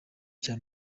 cya